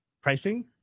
pricing